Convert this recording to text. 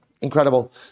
Incredible